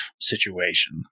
situation